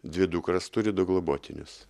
dvi dukras turiu du globotinius